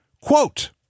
Quote